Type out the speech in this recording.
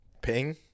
ping